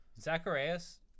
Zacharias